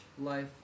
life